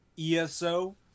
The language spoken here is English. ESO